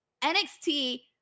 NXT